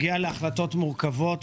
אייל הגיע להחלטות מורכבות,